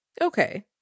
Okay